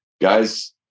guys